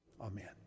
Amen